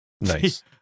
nice